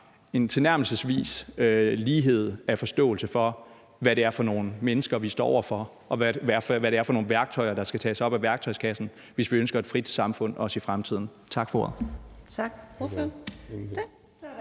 tilnærmelsesvis den samme forståelse for, hvad det er for nogle mennesker, vi står over for, og hvad det er for nogle værktøjer, der skal tages op af værktøjskassen, hvis vi også ønsker et frit samfund i fremtiden. Tak for ordet.